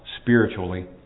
spiritually